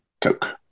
Coke